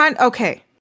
Okay